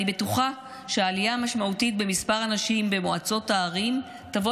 אני בטוחה שהעלייה המשמעותית במספר הנשים במועצות הערים תבוא